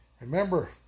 remember